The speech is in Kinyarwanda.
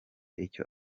icyo